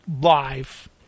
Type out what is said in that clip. live